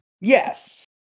Yes